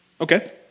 okay